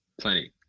Plenty